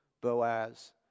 Boaz